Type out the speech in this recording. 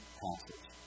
passage